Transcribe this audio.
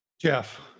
Jeff